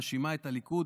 מאשימה את הליכוד,